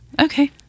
Okay